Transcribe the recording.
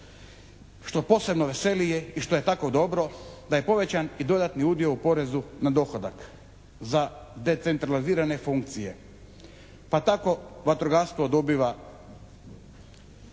što posebno veseli je i što je tako dobro da je povećan i dodatni udio u porezu na dohodak za decentralizirane funkcije pa tako vatrogastvo dobiva